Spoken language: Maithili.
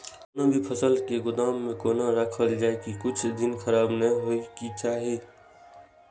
कोनो भी फसल के गोदाम में कोना राखल जाय की कुछ दिन खराब ने होय के चाही?